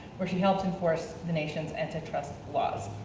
where she helped enforce the nation's antitrust laws.